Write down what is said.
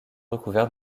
recouvert